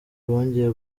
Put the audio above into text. bongeye